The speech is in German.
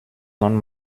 nun